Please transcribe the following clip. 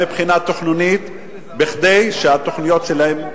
מבחינה תכנונית כדי שהתוכניות שלהן תאושרנה.